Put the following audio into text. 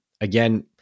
Again